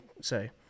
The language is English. say